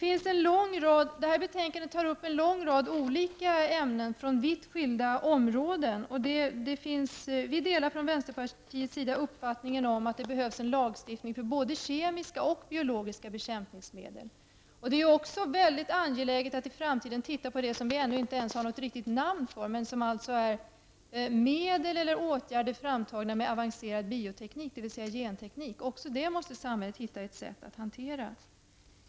I betänkandet behandlas en lång rad olika ämnen från vitt skilda områden. Vi delar från vänsterpartiets sida uppfattningen att det behövs en lagstiftning för både kemiska och biologiska bekämpningsmedel. Det är också mycket angeläget att i framtiden studera det som vi ännu inte har något riktigt namn för, nämligen medel eller åtgärder framtagna med avancerad bioteknik, dvs. genteknik. Också detta måste samhället finna ett sätt att hantera.